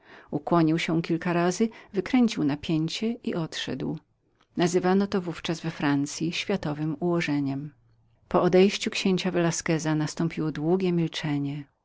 ukłonił się kilka razy wykręcił na pięcie i odszedł to naówczas we francyi nazywano światowem ułożeniem po odejściaodejściu księcia velasqueza nastąpiło długie milczenie